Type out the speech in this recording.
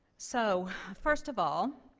so first of all,